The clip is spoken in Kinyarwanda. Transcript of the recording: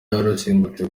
yarusimbutse